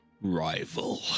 rival